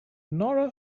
nora